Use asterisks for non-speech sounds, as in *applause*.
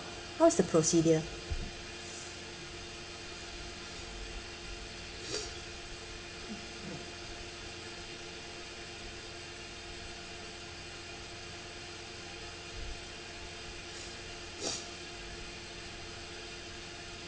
how's the procedure *noise* *noise*